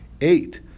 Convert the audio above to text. eight